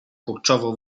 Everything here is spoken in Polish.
kurczowo